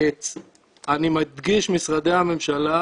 אני מדגיש משרדי הממשלה,